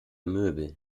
möbel